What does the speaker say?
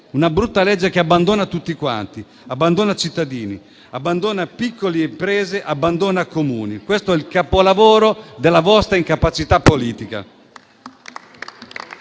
un provvedimento che abbandona tutti: abbandona cittadini, abbandona le piccole imprese e abbandona i Comuni. Questo è il capolavoro della vostra incapacità politica